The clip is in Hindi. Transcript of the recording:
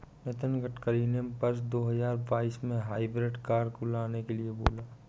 नितिन गडकरी ने वर्ष दो हजार बाईस में हाइब्रिड कार को लाने के लिए बोला